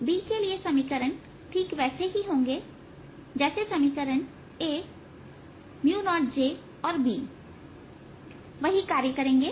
B के लिए समीकरण ठीक वैसे ही होंगे जैसे समीकरण A 0jऔर B वही कार्य करेंगे